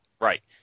right